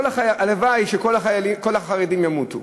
הלוואי שכל החרדים ימותו.